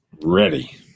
Ready